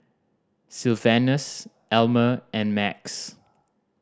Sylvanus Elmer and Max